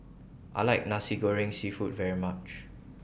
I like Nasi Goreng Seafood very much